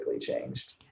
Changed